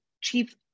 chief